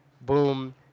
boom